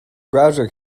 browser